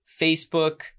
Facebook